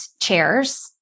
chairs